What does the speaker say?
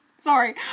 Sorry